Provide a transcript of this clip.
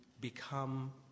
become